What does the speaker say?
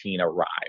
arrived